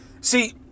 See